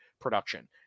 production